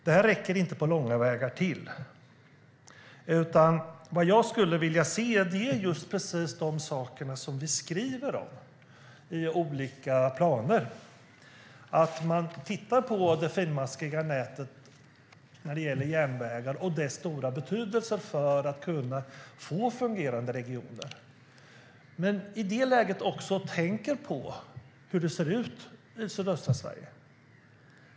Det räcker inte till på långa vägar. Vad jag skulle vilja se är precis de saker som vi skriver om i olika planer: att man tittar på det finmaskiga nätet när det gäller järnvägar och dess stora betydelse för att kunna få fungerande regioner, men att man i det läget också tänker på hur det ser ut i sydöstra Sverige.